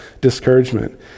discouragement